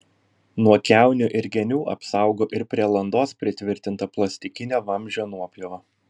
nuo kiaunių ir genių apsaugo ir prie landos pritvirtinta plastikinio vamzdžio nuopjova